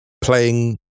playing